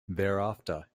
thereafter